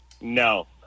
No